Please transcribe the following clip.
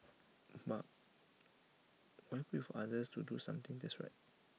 but why wait for others to do something that's right